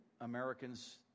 Americans